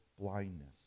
Blindness